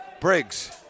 Briggs